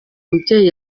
mubyeyi